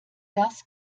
das